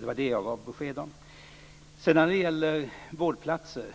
Det var det jag gav besked om. Sedan var det frågan om vårdplatser.